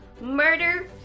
Murder